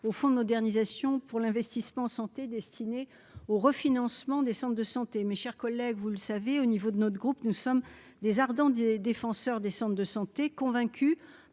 au fond de modernisation pour l'investissement santé destiné au refinancement des centres de santé, mes chers collègues, vous le savez, au niveau de notre groupe, nous sommes des ardent des défenseurs des centres de santé convaincu